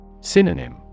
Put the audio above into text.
Synonym